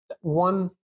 One